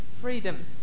freedom